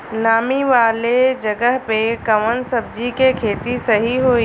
नामी वाले जगह पे कवन सब्जी के खेती सही होई?